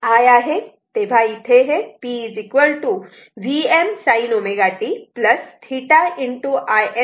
तेव्हा इथे हे p Vm sin ω t θ Im sin ω t असे येते